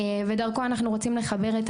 אפשר לעשות איתו כל כך הרבה דברים טובים,